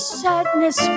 sadness